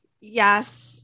yes